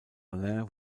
alain